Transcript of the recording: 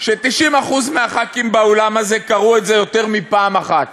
ש-90% מחברי הכנסת באולם הזה קראו את זה יותר מפעם אחת,